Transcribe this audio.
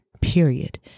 period